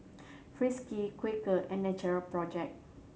Friskies Quaker and Natural Project